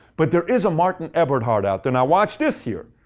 but there is a martin eberhard out there. now watch this, here.